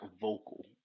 vocal